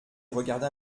regarda